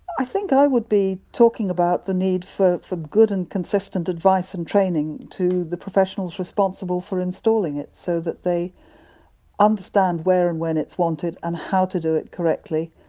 i think i would be talking about the need for for good and consistent advice and training to the professionals responsible for installing it, so that they understand where and when and it's wanted and how to do it correctly,